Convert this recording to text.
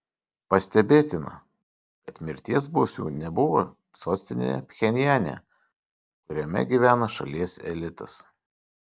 pastebėtina kad mirties bausmių nebuvo sostinėje pchenjane kuriame gyvena šalies elitas